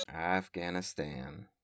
Afghanistan